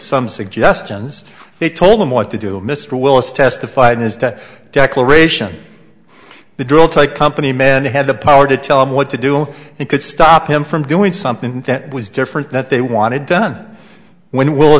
some suggestions they told them what to do mr willis testified in the declaration the drill take company men had the power to tell them what to do and could stop him from doing something that was different that they wanted done when w